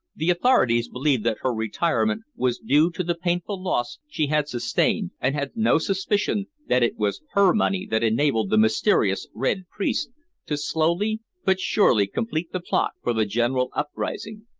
the authorities believed that her retirement was due to the painful loss she had sustained, and had no suspicion that it was her money that enabled the mysterious red priest to slowly but surely complete the plot for the general uprising.